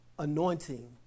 anointing